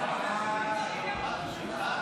ההצעה להעביר את הצעת חוק